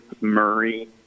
Murray